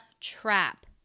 trap